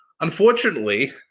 Unfortunately